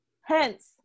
hence